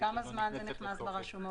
כמה זמן זה נכנס ברשומות?